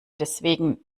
deswegen